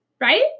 Right